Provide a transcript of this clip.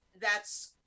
That's-